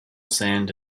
sand